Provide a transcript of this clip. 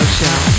Show